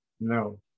No